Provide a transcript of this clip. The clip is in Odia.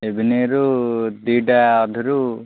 ଏଭିନିଙ୍ଗରୁ ଦୁଇଟା ଅଧେରୁ